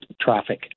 traffic